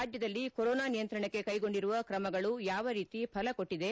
ರಾಜ್ಯದಲ್ಲಿ ಕೊರೊನಾ ನಿಯಂತ್ರಣಕ್ಕೆ ಕೈಗೊಂಡಿರುವ ತ್ರಮಗಳು ಯಾವ ರೀತಿ ಫಲ ಕೊಟ್ಟಿದೆ